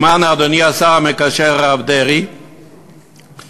שמע נא, אדוני השר המקשר, הרב דרעי, שחד-משמעית,